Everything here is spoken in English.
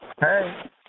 Hey